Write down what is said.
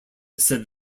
said